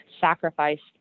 sacrificed